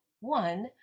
one